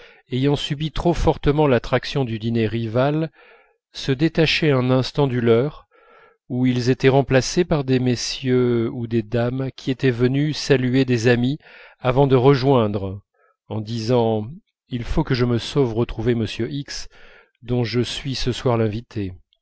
ayant subi trop fortement l'attraction du dîner rival se détachaient un instant du leur où ils étaient remplacés par des messieurs ou des dames qui étaient venus saluer des amis avant de rejoindre en disant il faut que je me sauve retrouver m x dont je suis ce soir l'invité